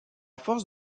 force